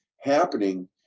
happening